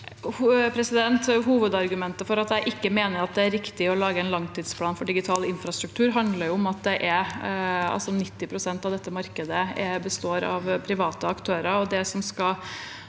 Hovedargu- mentet for at jeg ikke mener det er riktig å lage en langtidsplan for digital infrastruktur, handler om at 90 pst. av dette markedet består av private aktører.